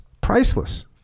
Priceless